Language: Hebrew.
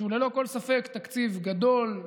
שהוא ללא כל ספק תקציב גדול,